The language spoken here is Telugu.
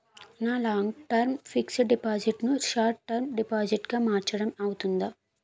నా లాంగ్ టర్మ్ ఫిక్సడ్ డిపాజిట్ ను షార్ట్ టర్మ్ డిపాజిట్ గా మార్చటం అవ్తుందా?